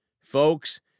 Folks